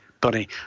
bunny